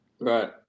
Right